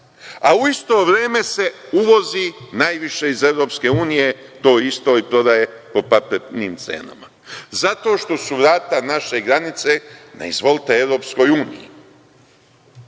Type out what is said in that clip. A u isto vreme se uvozi najviše iz Evropske unije to isto i prodaje po paprenim cenama, zato što su vrata naše granice na izvolte Evropskoj uniji.